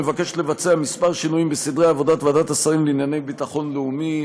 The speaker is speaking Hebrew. מבקשת לבצע כמה שינויים בסדרי עבודת ועדת השרים לענייני ביטחון לאומי,